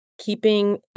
keeping